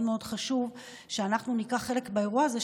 מאוד חשוב שאנחנו ניקח חלק באירוע הזה,